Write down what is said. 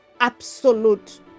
absolute